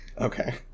Okay